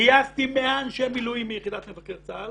גייסתי 100 אנשי מילואים מיחידת מבקר צה"ל